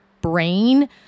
brain